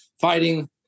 fighting